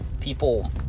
People